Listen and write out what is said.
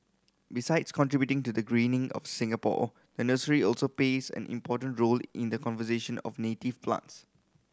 besides contributing to the greening of Singapore the nursery also plays an important role in the conservation of native plants